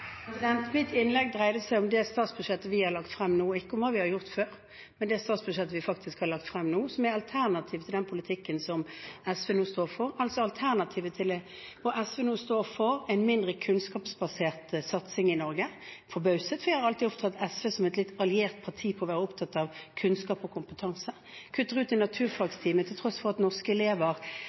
Mitt innlegg dreide seg om det statsbudsjettet vi har lagt frem nå – ikke om hva vi har gjort før, men det statsbudsjettet vi faktisk har lagt frem nå. Det er et alternativ til den politikken SV nå står for, og SV står nå for en mindre kunnskapsbasert satsing i Norge. Jeg er forbauset, for jeg har alltid opplevd SV som et litt alliert parti når det gjelder å være opptatt av kunnskap og kompetanse. De kutter ut en naturfagtime, til tross for at norske elever